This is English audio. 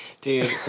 Dude